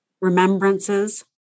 remembrances